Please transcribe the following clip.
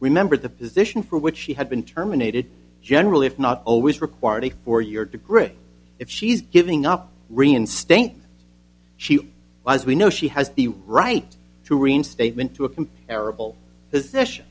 remember the position for which she had been terminated generally if not always required a four year degree if she's giving up reinstate she well as we know she has the right to remain statement to a comparable position